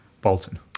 Bolton